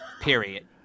Period